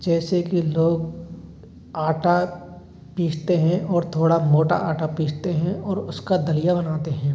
जैसे कि लोग आटा पीसते हैं और थोड़ा मोटा आटा पीसते हैं और उसका दलिया बनाते हैं